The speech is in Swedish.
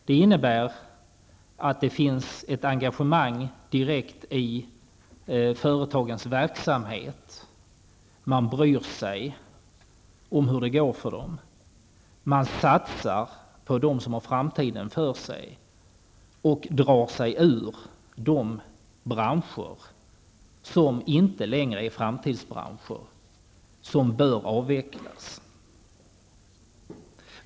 Det innebär att det finns ett engagemang direkt i företagens verksamhet. Man bryr sig om hur det går för dem. Man satsar på dem som har framtiden för sig och drar sig ur de branscher som inte längre är framtidsbranscher, som bör avvecklas.